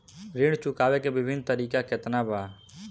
ऋण चुकावे के विभिन्न तरीका केतना बा?